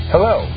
Hello